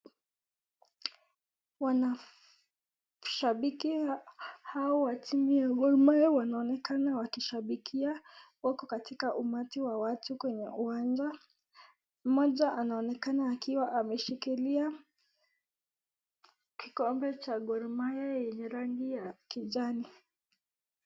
Wanashabiki hawa wa timu ya Gor Mahia wanaonekana wakishabikia wako katika umati wa watu kwenye uwanja. Mmoja anaonekana akiwa ameshikilia kikombe cha Gor Mahia yenye rangi ya kijani.